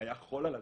היה חול על הרצפה.